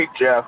Jeff